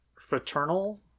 fraternal